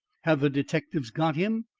have the detectives got him?